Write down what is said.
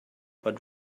but